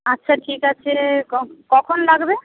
আচ্ছা ঠিক আছে কখন লাগবে